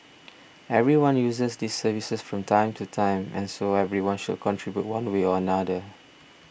everyone uses these services from time to time and so everyone should contribute one way or another